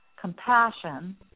compassion